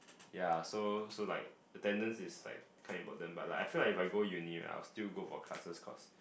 ya so so like attendance is like quite important but like I feel like if I go uni right I will still go for classes course